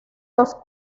los